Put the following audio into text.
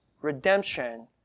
redemption